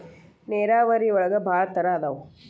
ನೇರಾವರಿ ಒಳಗ ಭಾಳ ತರಾ ಅದಾವ